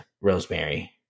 Rosemary